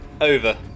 over